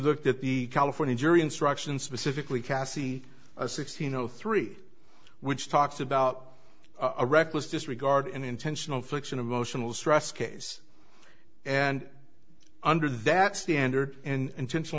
looked at the california jury instructions specifically cassy sixteen zero three which talks about a reckless disregard and intentional infliction of emotional stress case and under that standard and intentional